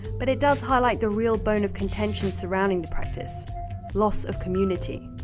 but it does highlight the real bone of contention surrounding the practice loss of community.